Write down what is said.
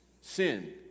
Sin